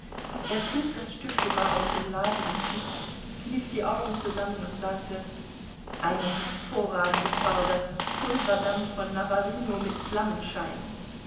er trug das stück sogar aus dem laden ans licht kniff die augen zusammen und sagte eine hervorragende farbe pulverdampf von navarino mit flammenschein